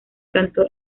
canto